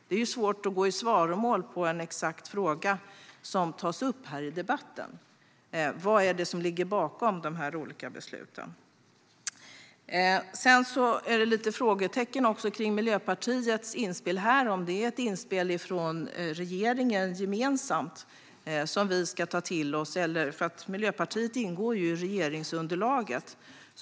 När det gäller vad som ligger bakom de olika besluten är det svårt att här i debatten gå i svaromål på en exakt fråga som tas upp. Det finns också några frågetecken när det gäller Miljöpartiets inspel här. Är det ett gemensamt inspel från regeringen som vi ska ta till oss? Miljöpartiet ingår i regeringsunderlaget.